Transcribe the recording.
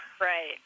Right